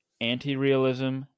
anti-realism